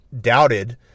doubted